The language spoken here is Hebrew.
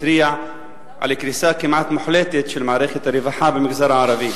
התריע על קריסה כמעט מוחלטת של מערכת הרווחה במגזר הערבי.